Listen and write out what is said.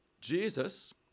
Jesus